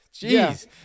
Jeez